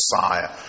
Messiah